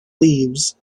leaves